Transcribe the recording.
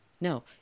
no